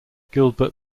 gilbert